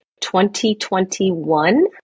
2021